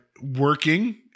working